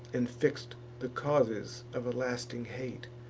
and fix'd the causes of a lasting hate.